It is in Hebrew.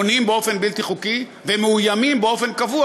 בונים באופן בלתי חוקי ומאוימים באופן קבוע